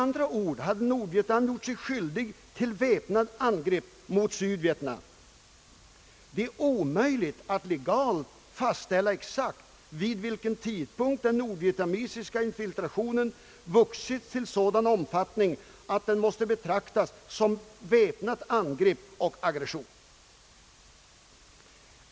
Nordvietnam hade med andra ord gjort sig skyldig till väpnat angrepp mot Sydvietnam. Det är omöjligt att legalt fastställa exakt vid vilken tidpunkt den nordvietnamesiska infiltrationen hade vuxit till sådan omfattning att den måste betraktas såsom ett väpnat angrepp och aggression.